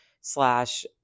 slash